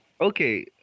okay